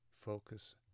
focus